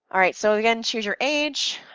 alright so again choose your age.